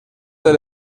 del